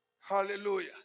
Hallelujah